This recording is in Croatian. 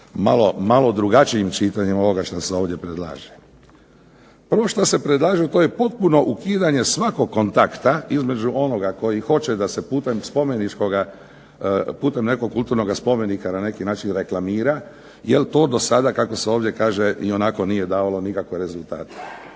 malo drugačijim čitanjem ovoga što se ovdje predlaže. Prvo što se predlaže to je potpuno ukidanje svakog kontakta između onoga koji hoće da se putem spomeničkoga, putem nekog kulturnog spomenika na neki način reklamira jer to do sada kako se ovdje kaže ionako nije davalo nikakve rezultate.